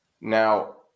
Now